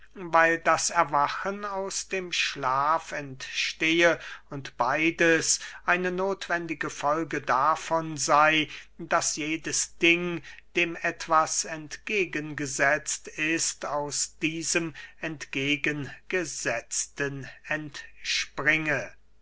weil das erwachen aus dem schlaf entstehe und beides eine nothwendige folge davon sey daß jedes ding dem etwas entgegen gesetzt ist aus diesem entgegengesetzten entspringe